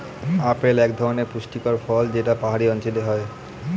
apple এক ধরনের পুষ্টিকর ফল যেটা পাহাড়ি অঞ্চলে হয়